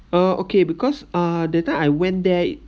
uh okay because uh the time I went there